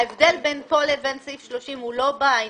ההבדל בין הסעיף הזה לבין סעיף 30,